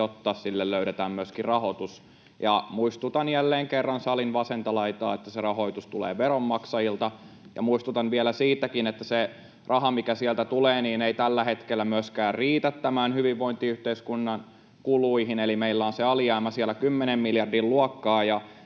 jotta sille löydetään myöskin rahoitus. Muistutan jälleen kerran salin vasenta laitaa, että se rahoitus tulee veronmaksajilta. Ja muistutan vielä siitäkin, että se raha, mikä sieltä tulee, ei tällä hetkellä myöskään riitä tämän hyvinvointiyhteiskunnan kuluihin, eli meillä on se alijäämä siellä kymmenen miljardin luokkaa.